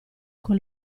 con